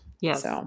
Yes